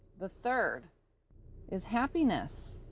the third is happiness.